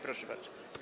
Proszę bardzo.